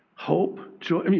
hope, joy. i mean.